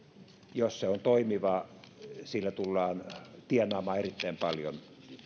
jos se on toimiva sillä tullaan tienaamaan erittäin paljon